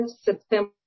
September